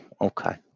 Okay